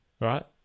right